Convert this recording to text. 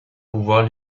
pouvoir